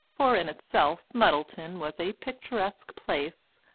for in itself muddleton was a picturesque place,